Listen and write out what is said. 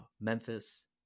Memphis